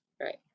Right